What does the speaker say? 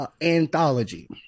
Anthology